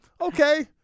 Okay